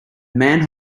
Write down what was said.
man